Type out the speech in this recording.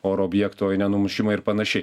oro objekto nenumušimą ir panašiai